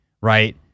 right